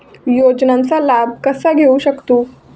योजनांचा लाभ कसा घेऊ शकतू?